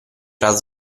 era